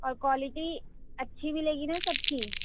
اور کوالیٹی اچھی ملے گی نا سب کی